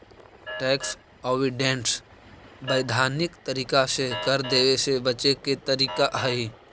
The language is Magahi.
टैक्स अवॉइडेंस वैधानिक तरीका से कर देवे से बचे के तरीका हई